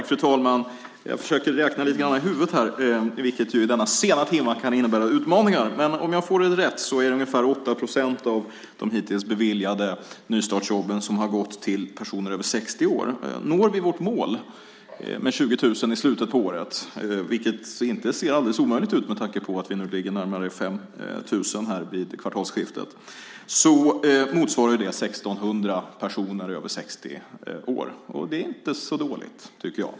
Fru talman! Jag försöker räkna i huvudet, vilket i denna sena timme kan innebära utmaningar. Men om jag får det rätt är det ungefär 8 procent av de hittills beviljade nystartsjobben som har gått till personer över 60 år. Når vi vårt mål med 20 000 i slutet på året, vilket inte ser alldeles omöjligt ut med tanke på att vi nu ligger närmare 5 000 vid kvartalsskiftet, motsvarar det 1 600 personer över 60 år. Det tycker jag inte är så dåligt.